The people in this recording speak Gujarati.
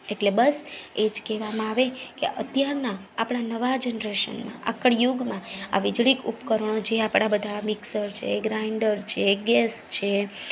એટલે બસ એ જ કહેવામાં આવે કે અત્યારના આપણા નવા જનરેશનના આ કળયુગમાં આ વીજળી ઉપકરણો જે આપણા બધા મિક્સર છે ગ્રાયન્ડર છે ગેસ છે